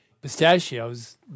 pistachios